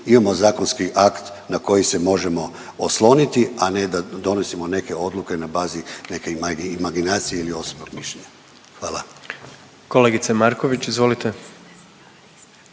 imamo zakonski akt na koji se može osloniti, a ne da donosimo neke odluke na bazi neke imaginacije ili osobnog mišljenja. Hvala. **Jandroković, Gordan